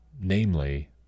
namely